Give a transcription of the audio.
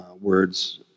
words